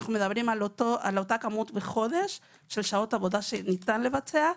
אנחנו מדברים על אותה כמות שעות עבודה שניתן לבצע בחודש,